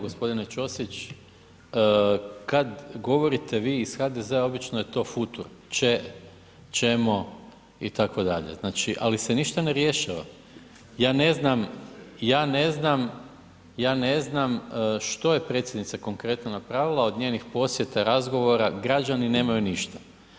Gospodine Čosić kad govorite vi iz HDZ-a obično je to futur, će, ćemo itd., znači ali se ništa ne rješava, ja ne znam, ja ne znam što je predsjednica konkretno napravila od njenih posjeta, razgovora građani nemaju ništa.